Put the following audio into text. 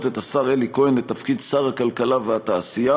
את השר אלי כהן לתפקיד שר הכלכלה והתעשייה